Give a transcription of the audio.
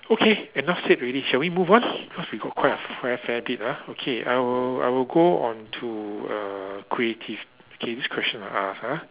okay enough said already shall we move on cause we got quite a fair fair bit ah okay I will I will go on to uh creative okay this question I ask ah